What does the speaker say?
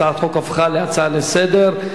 הצעת החוק הפכה להצעה לסדר-היום.